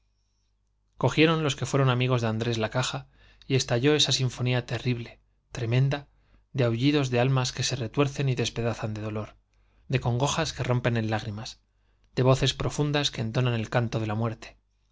cogieron los que fueron amigos de andrés la caja de aullidos y estalló esa sinfonía terrible tremenda de almas que se retuercen y despedazan de dolor de congojas que rompen en lágrimas de voces profundas de las que entonan el canto de la muerte